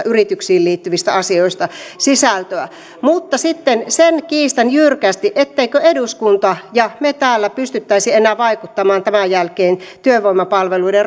yrityksiin liittyvistä asioista sisältöä mutta sen kiistän jyrkästi ettemmekö eduskunta ja me täällä pystyisi enää vaikuttamaan tämän jälkeen työvoimapalveluiden